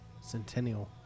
Centennial